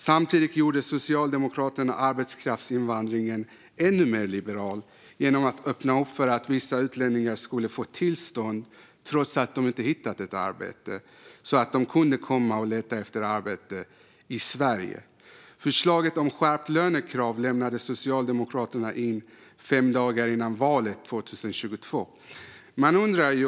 Samtidigt gjorde Socialdemokraterna arbetskraftsinvandringen ännu mer liberal genom att öppna för att vissa utlänningar, trots att de inte hittat ett arbete, skulle få tillstånd så att de kunde komma och leta efter arbete i Sverige. Förslaget om skärpt lönekrav lämnade Socialdemokraterna in fem dagar innan valet 2022.